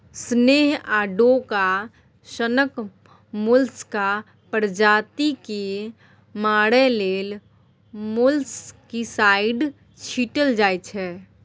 snail आ डोका सनक मोलस्का प्रजाति केँ मारय लेल मोलस्कीसाइड छीटल जाइ छै